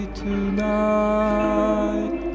tonight